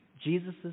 Jesus